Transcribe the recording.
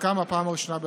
חלקם בפעם הראשונה בחייהם.